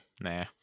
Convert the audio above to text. Nah